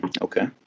Okay